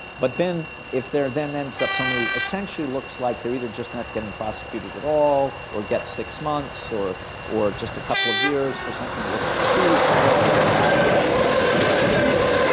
but then if there then then somebody who essentially looks like they're either just not getting prosecuted at all or get six months or or just a couple of years for something looks truly horrible in iraq or afghanistan, like haditha,